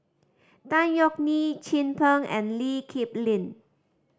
Tan Yeok Nee Chin Peng and Lee Kip Lin